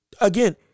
again